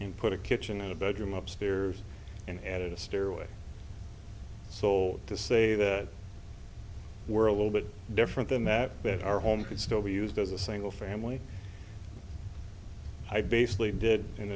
and put a kitchen in a bedroom upstairs and added a stairway so to say that were a little bit different than that that our home could still be used as a single family i basically did an